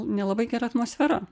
nelabai gera atmosfera